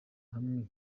hamwe